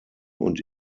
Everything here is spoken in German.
und